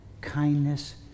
kindness